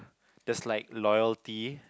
there's like loyalty